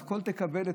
הכול תקבל אצלנו,